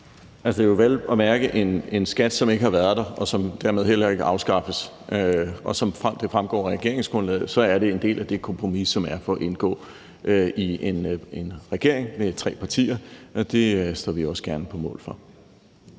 Det er jo vel at mærke en skat, som ikke har været der, og som dermed heller ikke afskaffes. Og som det fremgår af regeringsgrundlaget, er det en del af det kompromis, som er der for at indgå i en regering med tre partier, og det står vi også gerne på mål for.